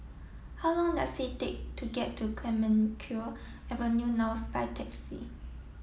how long does it take to get to Clemenceau Avenue North by taxi